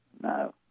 No